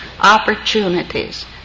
opportunities